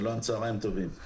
צוהריים טובים.